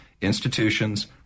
institutions